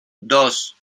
dos